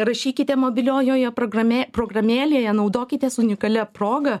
rašykite mobiliojoje programė programėlėje naudokitės unikalia proga